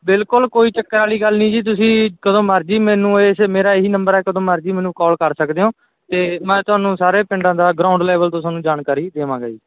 ਬਿਲਕੁਲ ਕੋਈ ਚੱਕਰ ਵਾਲੀ ਗੱਲ ਨਹੀਂ ਜੀ ਤੁਸੀਂ ਕਦੋਂ ਮਰਜ਼ੀ ਮੈਨੂੰ ਇਸ ਮੇਰਾ ਇਹ ਹੀ ਨੰਬਰ ਹੈ ਕਦੋਂ ਮਰਜੀ ਮੈਨੂੰ ਕੋਲ ਕਰ ਸਕਦੇ ਹੋ ਅਤੇ ਮੈਂ ਤੁਹਾਨੂੰ ਸਾਰੇ ਪਿੰਡਾਂ ਦਾ ਗਰਾਉਂਡ ਲੈਵਲ ਤੋਂ ਤੁਹਾਨੂੰ ਜਾਣਕਾਰੀ ਦੇਵਾਂਗਾ ਜੀ